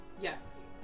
Yes